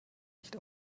nicht